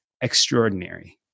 extraordinary